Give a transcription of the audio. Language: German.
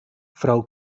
frau